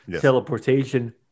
teleportation